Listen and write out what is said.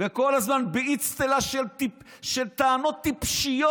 וכל הזמן באצטלה של טענות טיפשיות